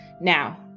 Now